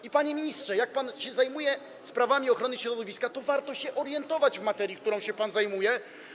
I panie ministrze, jak pan się zajmuje sprawami ochrony środowiska, to warto się orientować w materii, którą pan się zajmuje.